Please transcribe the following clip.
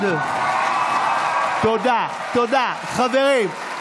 אחד, תודה, תודה, חברים.